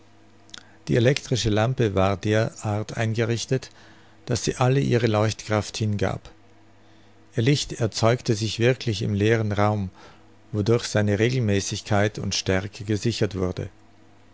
die elektrische lampe war der art eingerichtet daß sie alle ihre leuchtkraft hingab ihr licht erzeugte sich wirklich im leeren raum wodurch seine regelmäßigkeit und stärke gesichert wurde